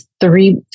three